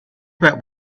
about